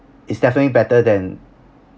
is definitely better than